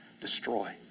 Destroy